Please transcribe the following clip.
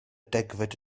degfed